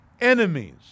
enemies